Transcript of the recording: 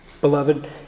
Beloved